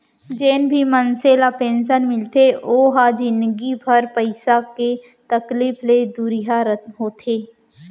जेन भी मनसे ल पेंसन मिलथे ओ ह जिनगी भर पइसा के तकलीफ ले दुरिहा होथे